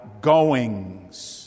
goings